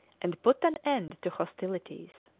and put an end to hostilities.